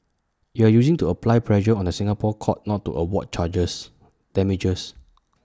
you are using to apply pressure on the Singapore courts not to award charges damages